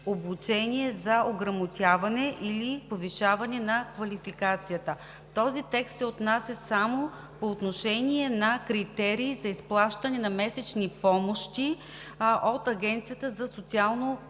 обучения за ограмотяване или повишаване на квалификацията. Този текст се отнася само по отношение на критерии за изплащане на месечни помощи от АСП. Агенцията за социално